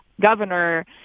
governor